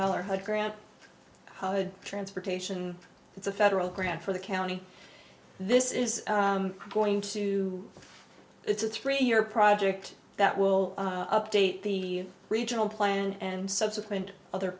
dollar hood ground transportation it's a federal grant for the county this is going to it's a three year project that will update the regional plan and subsequent other